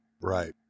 Right